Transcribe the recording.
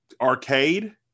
arcade